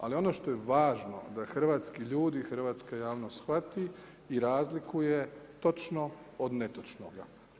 Ali ono što je važno da hrvatski ljudi, hrvatska javnost shvati i razlikuje točno od netočnoga.